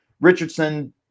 Richardson